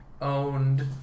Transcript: owned